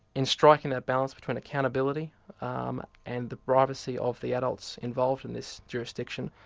in striking that balance between accountability um and the privacy of the adults involved in this jurisdiction,